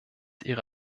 ihre